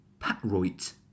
patroit